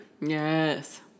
Yes